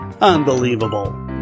Unbelievable